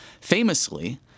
Famously